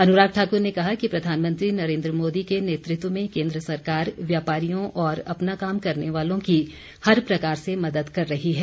अनुराग ठाक्र ने कहा कि प्रधानमंत्री नरेन्द्र मोदी के नेतृत्व में केन्द्र सरकार व्यापारियों और अपना काम करने वालों की हर प्रकार से मदद कर रही है